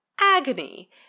agony